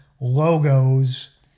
logos